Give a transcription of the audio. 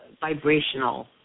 vibrational